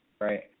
right